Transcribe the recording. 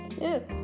Yes